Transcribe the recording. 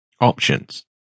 Options